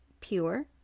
pure